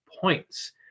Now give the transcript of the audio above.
points